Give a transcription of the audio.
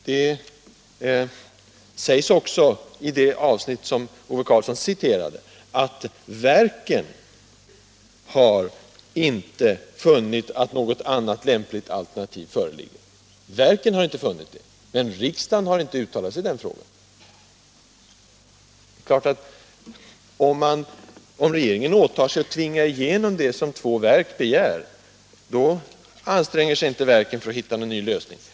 Det sägs också i det avsnitt som Ove Karlsson citerade att verken inte har funnit att något annat lämpligt alternativ föreligger. Men riksdagen har inte uttalat sig i den frågan. Det är klart att om regeringen åtar sig att tvinga igenom det som två verk begär, då anstränger sig inte verken för att hitta någon ny lösning.